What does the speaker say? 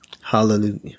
Hallelujah